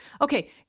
Okay